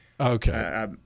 Okay